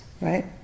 right